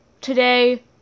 today-